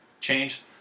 change